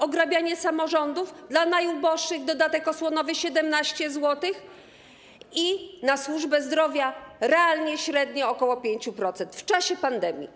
Ograbianie samorządów, dla najuboższych dodatek osłonowy w wysokości 17 zł i na służbę zdrowia realnie, średnio ok. 5% w czasie pandemii.